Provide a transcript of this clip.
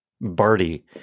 Barty